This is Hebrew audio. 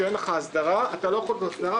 שאלו שטחים פתוחים,